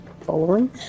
following